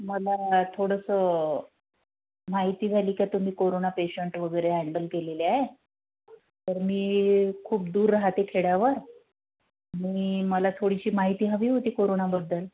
मला थोडंसं माहिती झाली का तुम्ही कोरोना पेशंट वगैरे हॅंडल केलेले आहेत तर मी खूप दूर राहते खेड्यावर मी मला थोडीशी माहिती हवी होती कोरोनाबद्दल